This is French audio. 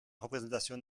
représentation